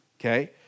okay